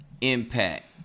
impact